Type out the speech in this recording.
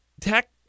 Tech